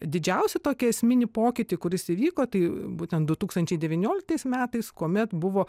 didžiausią tokį esminį pokytį kuris įvyko tai būtent du tūkstančiai devynioliktais metais kuomet buvo